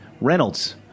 reynolds